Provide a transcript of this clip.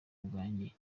bwanjye